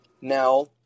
Now